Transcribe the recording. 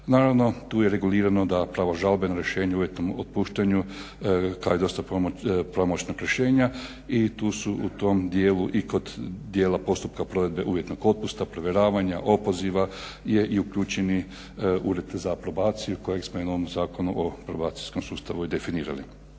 Naravno tu je regulirano da pravo žalbe na rješenje o uvjetnom otpuštanju, kao i dostava pravomoćnog rješenja i tu su u tom dijelu i kod dijela postupka provedbe uvjetnog otpusta, provjeravanja, opoziva je i uključeni Ured za probaciju kojeg smo i u onom Zakonu o probacijskog sustavu i definirali.